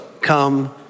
come